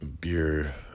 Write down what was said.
beer